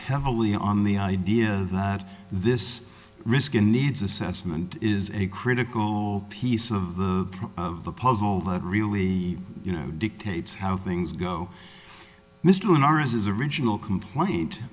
heavily on the idea that this risk and needs assessment is a critical piece of the the puzzle that really you know dictates how things go mr norris's original complaint